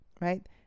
right